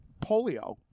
polio